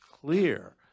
clear